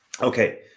Okay